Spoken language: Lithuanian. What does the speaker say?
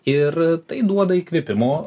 ir tai duoda įkvėpimo